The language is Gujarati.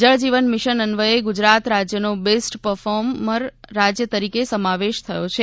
જળ જીવન મિશન અન્વયે ગુજરાત રાજ્યનો બેસ્ટ પરફોર્મર રાજ્ય તરીકે સમાવેશ થયો છે